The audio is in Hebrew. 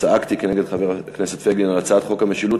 צעקתי כנגד חבר הכנסת פייגלין על הצעת חוק המשילות,